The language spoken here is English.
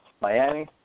Miami